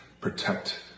protect